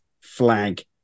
flag